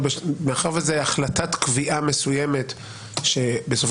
אבל מאחר שזו החלטת קביעה מסוימת שבסופו